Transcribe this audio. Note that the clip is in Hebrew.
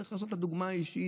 צריך לעשות את הדוגמה האישית,